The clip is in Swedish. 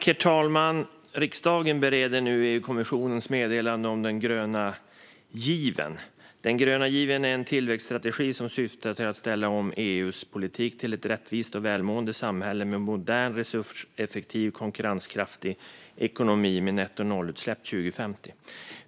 Herr talman! Riksdagen bereder nu EU-kommissionens meddelande om den gröna given. Den gröna given är en tillväxtstrategi som syftar till att ställa om EU:s politik till ett rättvist och välmående samhälle med en modern, resurseffektiv och konkurrenskraftig ekonomi med nettonollutsläpp år 2050.